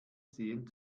seen